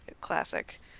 classic